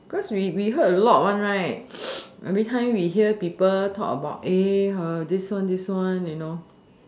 because we we heard a lot one right behind we hear people talk about her this one this one you know